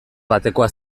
batekoa